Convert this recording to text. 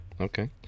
Okay